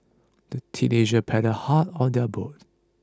the teenagers paddled hard on their boat